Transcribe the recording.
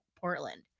Portland